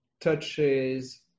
touches